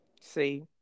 see